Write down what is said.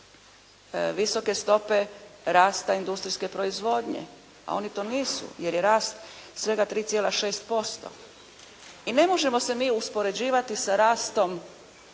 visoke stope rasta industrijske proizvodnje, a oni to nisu jer je rast svega 3,6%. I ne možemo se mi uspoređivati sa rastom